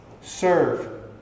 serve